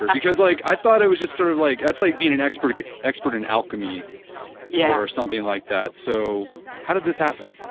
because like i thought it was just sort of like that's like being an expert expert in alchemy yeah or something like that. so how did this happen?